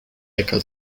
äcker